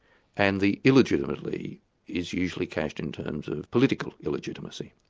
and the illegitimately is usually couched in terms of political illegitimacy.